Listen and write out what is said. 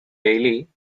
daily